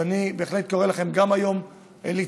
אז אני בהחלט קורא לכם גם היום לצפות,